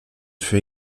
fut